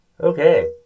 Okay